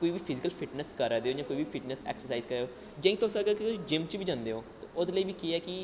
कोई बी physical fitness करा दे ओ जां कोई बी फिटनस ऐक्सरसाइज करा दे ओ जे तुस अगर जिम्म च बी जंदे ओ ते ओह्दे लेई बी केह् ऐ कि